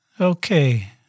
Okay